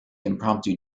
impromptu